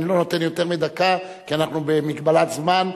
אני לא נותן יותר מדקה כי אנחנו במגבלת זמן,